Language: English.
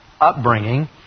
upbringing